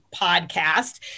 podcast